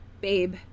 babe